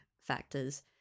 factors